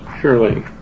Surely